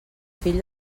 fill